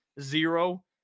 zero